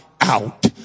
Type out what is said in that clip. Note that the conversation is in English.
out